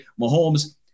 Mahomes